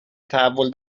تحول